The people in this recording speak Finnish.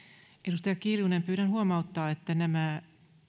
edustaja kiljunen pyydän saada huomauttaa että nämä